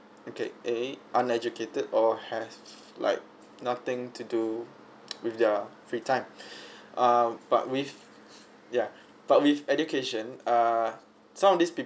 okay A uneducated or have like nothing to do with their free time ah but with yeah but with education err some of this